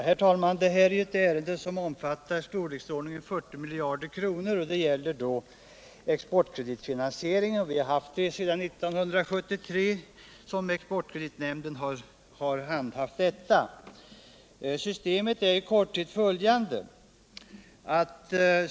Herr talman! Det här gäller ett ärende av storleksordningen 40 miljarder kronor, som avser exportkreditfinansiering. Exportkreditnämnden har sedan 1973 handhaft dessa frågor. Systemet är i korthet följande.